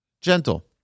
Gentle